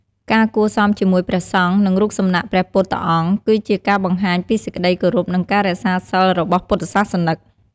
ការគួរសមជាមួយព្រះសង្ឃ និងរូបសំណាកព្រះពុទ្ធអង្គ គឺជាការបង្ហាញពីសេចក្ដីគោរព និងការរក្សាសីលរបស់ពុទ្ធសាសនិក។